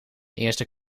eerste